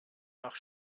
nach